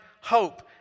hope